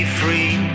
free